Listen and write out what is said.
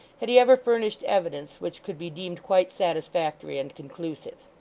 had he ever furnished evidence which could be deemed quite satisfactory and conclusive.